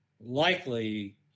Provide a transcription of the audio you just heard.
likely